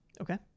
Okay